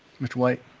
mr. white?